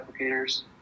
applicators